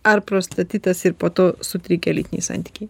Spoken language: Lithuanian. ar prostatitas ir po to sutrikę lytiniai santykiai